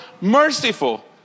merciful